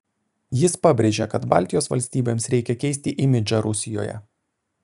jis pabrėžė kad baltijos valstybėms reikia keisti imidžą rusijoje